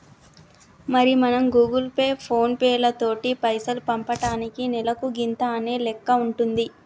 మరి మనం Google Pay ఫోన్ పేలతోటి పైసలు పంపటానికి నెలకు గింత అనే లెక్క ఉంటుంది